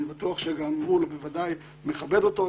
אני בטוח שגם הוא בוודאי מכבד אותו.